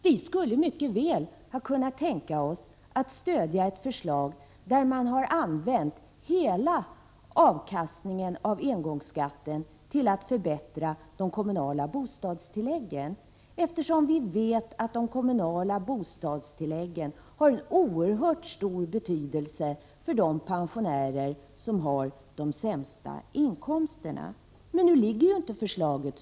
Vi skulle i vpk mycket väl ha kunnat tänka oss att stödja ett förslag där hela avkastningen av engångsskatten används till att förbättra de kommunala bostadstilläggen, som har en oerhört stor betydelse för de pensionärer som har de sämsta inkomsterna. Men förslaget är nu inte sådant.